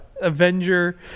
Avenger